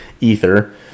ether